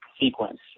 sequence